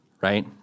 right